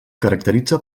caracteritza